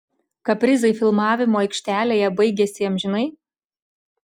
kaprizai filmavimo aikštelėje baigėsi amžinai